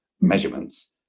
measurements